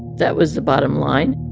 that was the bottom line